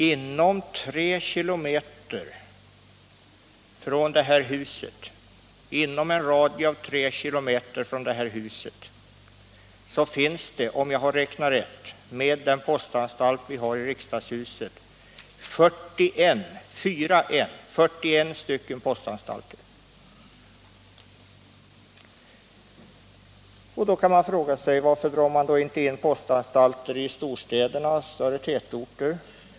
Inom en radie av 3 km från det här huset finns det, om jag har räknat rätt, med den postanstalt vi har i riksdagshuset 41 postanstalter. Då kan man fråga sig varför det inte dras in postanstalter i storstäderna och i de större tätorterna.